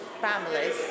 families